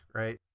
right